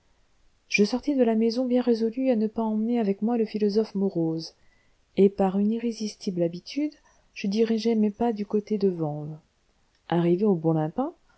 je sortis de la maison bien résolu à ne pas emmener avec moi le philosophe morose et par une irrésistible habitude je dirigeai mes pas du côté de vanves arrivé au bon lapin